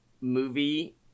movie